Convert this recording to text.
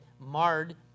marred